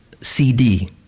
CD